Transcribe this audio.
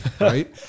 right